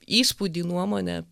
įspūdį nuomonę